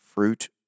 fruit